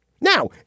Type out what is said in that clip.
Now